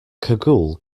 cagoule